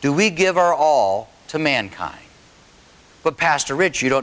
do we give our all to mankind but pastor rich you don't